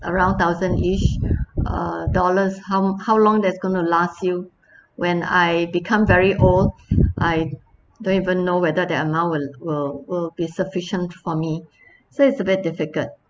around thousandish uh dollars how how long that's going to last you when I become very old I don't even know whether that amount will will will be sufficient for me so it's a bit difficult